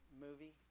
movie